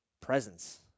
presence